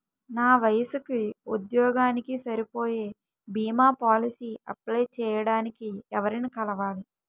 నా వయసుకి, ఉద్యోగానికి సరిపోయే భీమా పోలసీ అప్లయ్ చేయటానికి ఎవరిని కలవాలి?